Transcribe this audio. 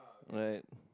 like